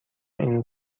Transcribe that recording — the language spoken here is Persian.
این